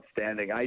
outstanding